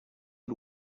y’u